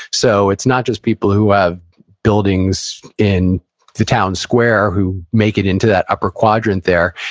so, it's not just people who have buildings in the town square, who make it into that upper quadrant there.